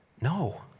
No